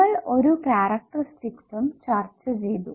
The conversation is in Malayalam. നമ്മൾ ഒരു കാരക്ടറിസ്റ്റിസും ചർച്ച ചെയ്തു